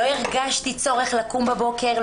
לא הרגשתי צורך לקום בבוקר.